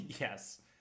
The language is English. Yes